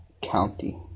County